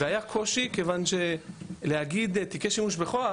והיה קושי, כיוון שלהגיד תיקי שימוש בכוח